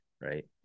right